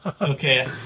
okay